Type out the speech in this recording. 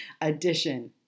addition